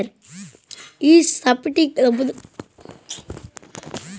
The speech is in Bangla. ইস্টক সার্টিফিকেট হছে ইকট আইল কাগ্যইজ হোল্ডারের, মালিকের লামে লিখ্যা থ্যাকে